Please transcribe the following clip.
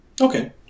Okay